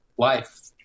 life